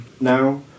now